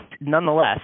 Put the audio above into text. nonetheless